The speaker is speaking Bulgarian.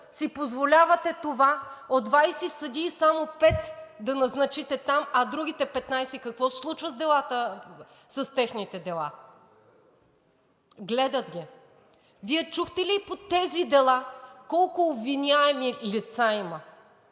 си позволявате това от 20 съдии само пет да назначите там. А другите 15, какво се случва с техните дела? Гледат ги. Вие чухте ли по тези дела колко обвиняеми лица има?